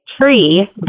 tree